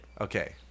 Okay